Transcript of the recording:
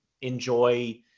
enjoy